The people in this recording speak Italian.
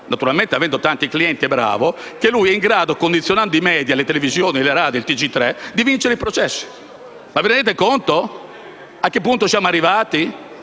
naturalmente avendo tanti clienti, perché è bravo - che lui è in grado, condizionando i *media*, la televisione, la radio, e il TG3, di vincere i processi. Vi rendete conto a che punto siamo arrivati?